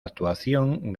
actuación